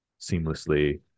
seamlessly